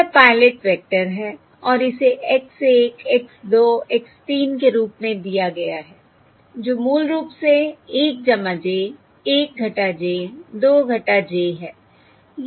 यह pilot vector है और इसे x 1 x2 x 3 के रूप में दिया गया है जो मूल रूप से 1 j 1 - j 2 j है